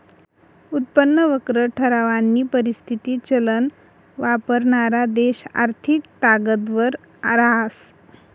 उत्पन्न वक्र ठरावानी परिस्थिती चलन वापरणारा देश आर्थिक ताकदवर रहास